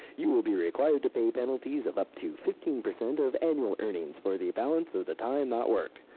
you will be required to pay penalties of up to fifteen percent of annual earnings for the balance of the time not worked.